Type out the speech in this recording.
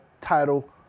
title